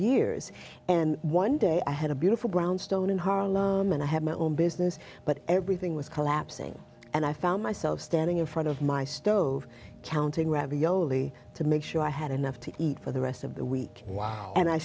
years and one day i had a beautiful brownstone in harlem and i had my own business but everything was collapsing and i found myself standing in front of my stove counting ravioli to make sure i had enough to eat for the rest of the week wow and i